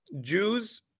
Jews